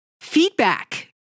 Feedback